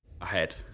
ahead